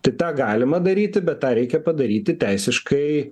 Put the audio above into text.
tai tą galima daryti bet tą reikia padaryti teisiškai